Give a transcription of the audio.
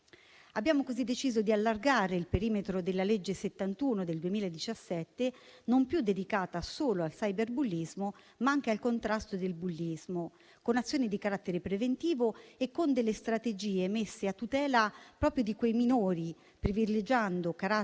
Abbiamo così deciso di allargare il perimetro della legge n. 71 del 2017 dal solo contrasto del cyberbullismo al contrasto del bullismo, con azioni di carattere preventivo e con strategie a tutela proprio di quei minori, privilegiando il carattere